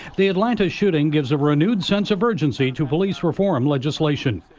the atlanta shooting gives a renewed sense of urgency to police reform legislation,